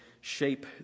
shape